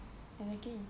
exactly